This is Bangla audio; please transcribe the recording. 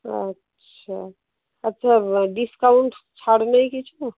আচ্ছা আচ্ছা ডিসকাউন্ট ছাড় নেই কিছু